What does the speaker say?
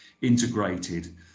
integrated